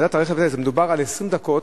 מדובר על 20 דקות,